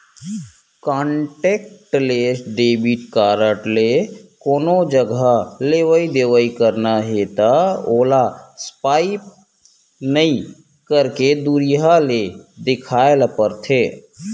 contactless debit card ले कोनो जघा लेवइ देवइ करना हे त ओला स्पाइप नइ करके दुरिहा ले देखाए ल परथे